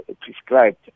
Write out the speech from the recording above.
prescribed